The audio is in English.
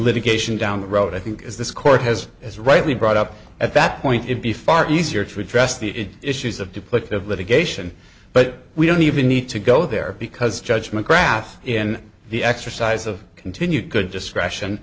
litigation down the road i think as this court has is rightly brought up at that point it be far easier to address the issues of duplicative litigation but we don't even need to go there because judge mcgrath in the exercise of continued good discretion